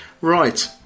Right